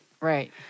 Right